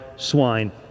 swine